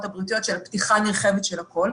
הבריאותיות של פתיחה נרחבת של הכול.